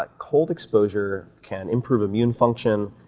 but cold exposure can improve immune function,